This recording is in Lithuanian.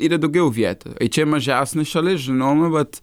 yra daugiau vietų čia mažiausna šalis žinou vat